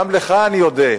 גם לך אני מודה.